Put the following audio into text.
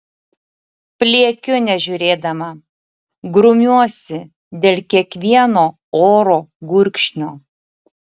pliekiu nežiūrėdama grumiuosi dėl kiekvieno oro gurkšnio